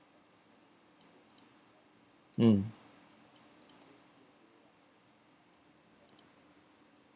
mm